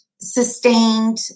sustained